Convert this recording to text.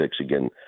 again